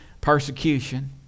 Persecution